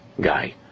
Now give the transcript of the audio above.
guy